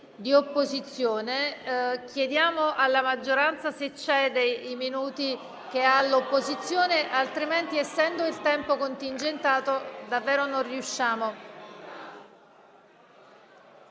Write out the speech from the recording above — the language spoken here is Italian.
di opposizione. Chiediamo alla maggioranza se cede i propri minuti all'opposizione *(Commenti)*, altrimenti, essendo il tempo contingentato, davvero non riusciamo.